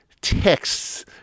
texts